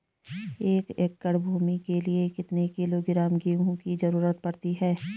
एक एकड़ भूमि के लिए कितने किलोग्राम गेहूँ की जरूरत पड़ती है?